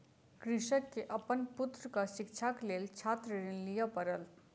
कृषक के अपन पुत्रक शिक्षाक लेल छात्र ऋण लिअ पड़ल